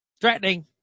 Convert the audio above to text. threatening